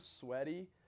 sweaty